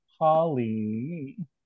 Holly